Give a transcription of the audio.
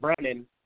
Brennan